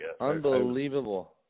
unbelievable